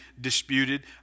disputed